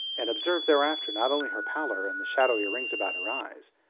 and observed thereafter not only her pallor and the shadowy rings about her eyes,